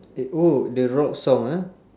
eh oh the rock song ah